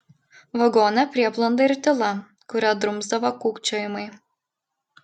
vagone prieblanda ir tyla kurią drumsdavo kūkčiojimai